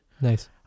Nice